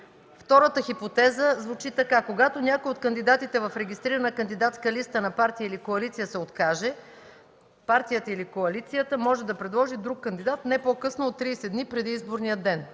Втората хипотеза звучи така: „Когато някой от кандидатите в регистрирана кандидатска листа на партия или коалиция се откаже, партията или коалицията може да предложи друг кандидат не по-късно от 30 дни преди изборния ден”.